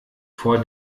vor